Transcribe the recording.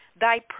thy